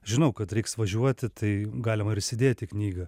žinau kad reiks važiuoti tai galima ir įsidėti knygą